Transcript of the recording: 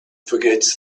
forgets